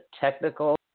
technical